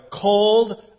cold